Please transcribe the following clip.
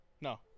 No